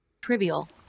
trivial